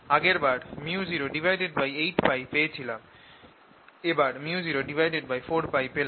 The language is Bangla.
আগের বার µ08π পেয়েছিলাম এবার µ04π পেলাম